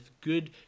good